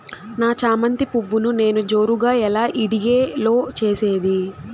నా చామంతి పువ్వును నేను జోరుగా ఎలా ఇడిగే లో చేసేది?